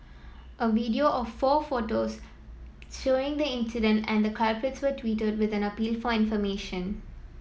a video of four photos showing the incident and the culprits were tweeted with an appeal for information